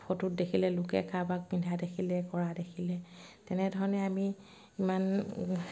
ফটোত দেখিলে লোকে কাৰোবাক পিন্ধা দেখিলে কৰা দেখিলে তেনেধৰণে আমি ইমান